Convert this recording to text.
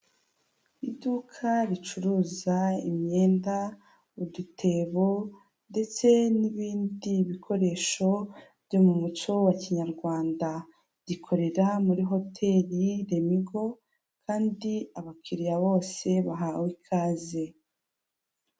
Iduka ricuruza imyenda udutebo ndetse n'ibindi bikoresho byo mu muco wa kinyarwanda rikorera muri hoteri Remigo kandi abakiriya bose bahawe ikaze.